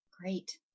Great